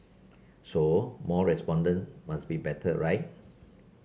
so more respondents must be better right